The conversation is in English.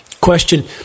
Question